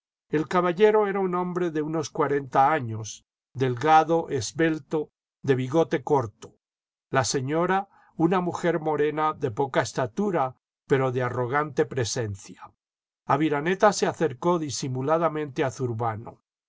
el caballero era un hombre de unos cuarenta años delgado esbelto de bigote corto la señora una mujer morena de poca estatura pero de arrogante presencia aviraneta se acercó disimuladamente a zurbano